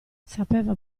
sapeva